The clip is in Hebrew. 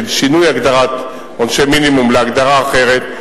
אבל הוועדה החליטה שלא לתמוך בהצעת החוק.